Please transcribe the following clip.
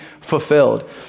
fulfilled